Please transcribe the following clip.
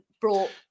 brought